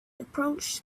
approached